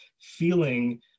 feeling